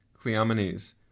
Cleomenes